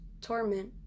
torment